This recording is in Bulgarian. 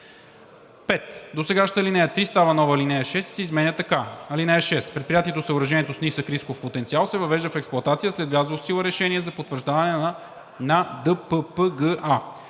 5. Досегашната ал. 3 става нова ал. 6 и се изменя така: „(6) Предприятието/съоръжението с нисък рисков потенциал се въвежда в експлоатация след влязло в сила решение за потвърждаване на ДППГА.“